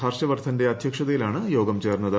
ഹർഷവർദ്ധന്റെ അധ്യക്ഷതയിലാണ് യോഗം ചേർന്നത്